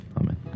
amen